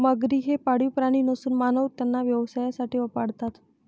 मगरी हे पाळीव प्राणी नसून मानव त्यांना व्यवसायासाठी पाळतात